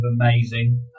amazing